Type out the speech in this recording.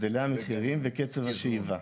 הבדלי המחירים וקצב השאיבה.